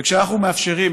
וכשאנחנו מאפשרים,